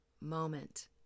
moment